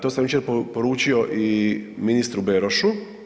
To sam jučer poručio i ministru Berošu.